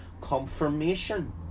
confirmation